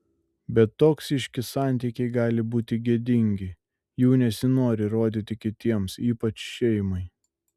bet toksiški santykiai gali būti gėdingi jų nesinori rodyti kitiems ypač šeimai